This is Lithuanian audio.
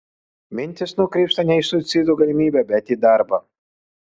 mintys nukrypsta ne į suicido galimybę bet į darbą